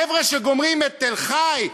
חבר'ה שגומרים את תל-חי,